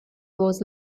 was